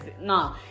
no